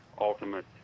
ultimate